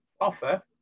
offer